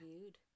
viewed